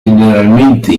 generalmente